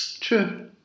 True